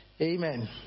Amen